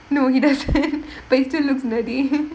no he doesn't but he still looks nerdy